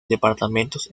departamentos